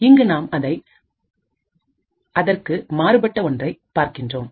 இங்கு நாம் அதற்கு மாறுபட்ட ஒன்றை பார்க்கின்றோம்